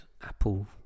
Apple